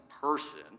person